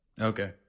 Okay